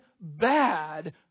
bad